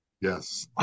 Yes